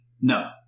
No